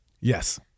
Yes